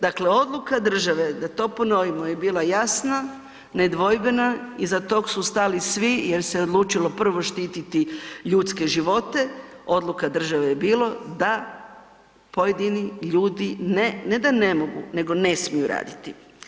Dakle, odluka države, da to ponovimo, je bila jasna, nedvojbena, iza tog su stali svi jer se odlučilo prvo štititi ljudske živote, odluka države je bilo da pojedini ljudi ne, ne da ne mogu, nego ne smiju raditi.